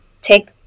take